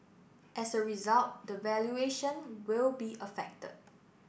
as a result the valuation will be affected